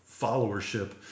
followership